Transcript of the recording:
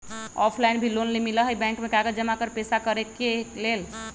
Offline भी loan मिलहई bank में कागज जमाकर पेशा करेके लेल?